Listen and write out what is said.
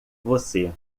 você